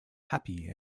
happy